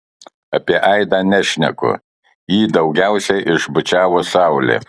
apie aidą nešneku jį daugiausiai išbučiavo saulė